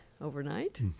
overnight